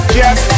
yes